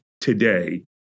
today